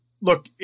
look